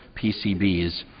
p c b s,